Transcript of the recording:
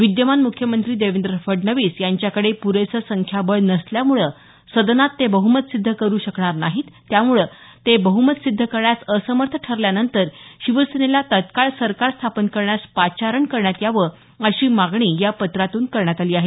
विद्यमान मुख्यमंत्री देवेंद्र फडणवीस यांच्याकडे पुरेसं संख्याबळ नसल्यामुळे सदनात ते बहुमत सिद्ध करू शकणार नाहीत त्यामुळे ते बहुमत सिद्ध करण्यास असमर्थ ठरल्यानंतर शिवसेनेला तत्काळ सरकार स्थापन करण्यास पाचारण करण्यात यावं अशी मागणी या पत्रातून करण्यात आली आहे